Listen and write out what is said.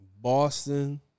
Boston